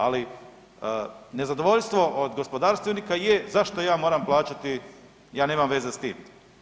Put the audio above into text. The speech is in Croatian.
Ali nezadovoljstvo od gospodarstvenika je zašto ja moram plaćati, ja nemam veze s tim.